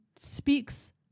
speaks